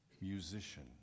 Musician